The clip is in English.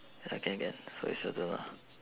ah can can so it's shorter lah